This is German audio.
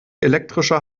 elektrischer